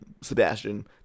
Sebastian